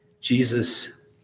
Jesus